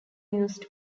used